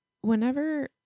Whenever